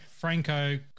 Franco